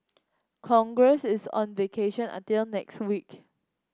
congress is on vacation until next week